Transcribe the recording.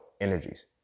energies